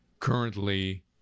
Currently